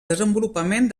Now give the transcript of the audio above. desenvolupament